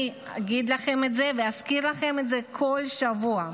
אני אגיד לכם את זה ואזכיר לכם את זה כל שבוע.